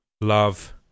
Love